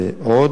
ועוד.